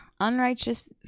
unrighteous